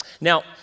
Now